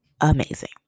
amazing